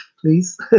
please